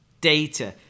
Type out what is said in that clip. data